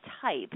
type